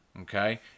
Okay